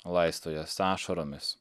laisto jas ašaromis